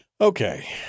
Okay